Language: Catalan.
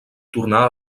tornà